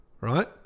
right